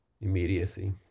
Immediacy